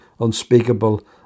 unspeakable